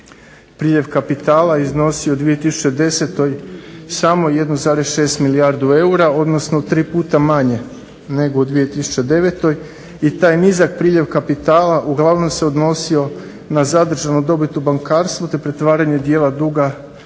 Priljev kapitala je iznosio u 2010. Samo 1,6 milijardu eura, odnosno 3 puta manje nego u 2009. I taj nizak priljev kapitala uglavnom se odnosio na zadržanu dobit u bankarstvu, te pretvaranje dijela duga